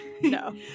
No